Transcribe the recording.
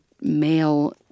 male